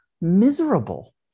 miserable